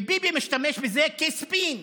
וביבי משתמש בזה כספין,